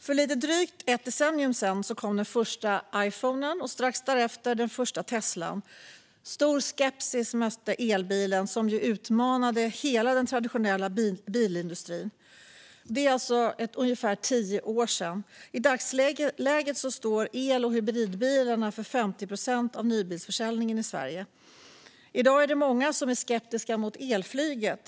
För lite drygt ett decennium sedan kom den första Iphonen, och strax därefter kom den första Teslan. Stor skepsis mötte elbilen, som ju utmanade hela den traditionella bilindustrin. Det var alltså ungefär tio år sedan. I dagsläget står el och hybridbilarna för 50 procent av nybilsförsäljningen i Sverige. I dag är det många som är skeptiska till elflyget.